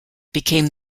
became